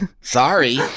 sorry